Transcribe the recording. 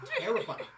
terrifying